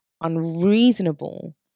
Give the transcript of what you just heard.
unreasonable